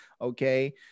Okay